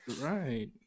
Right